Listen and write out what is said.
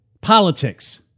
politics